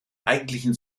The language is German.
eigentlichen